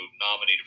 nominated